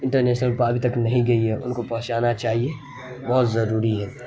international ابھی تک نہیں گئی ہے ان کو پہنچانا چاہیے بہت ضروری ہے